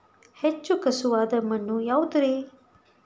ಹೆಚ್ಚು ಖಸುವಾದ ಮಣ್ಣು ಯಾವುದು ರಿ?